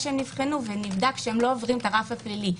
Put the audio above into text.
שהם נבחנו ונבדק שהם לא עוברים את הרף הפלילי.